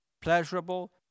pleasurable